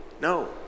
No